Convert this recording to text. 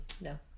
No